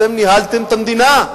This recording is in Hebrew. אתם ניהלתם את המדינה,